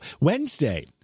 Wednesday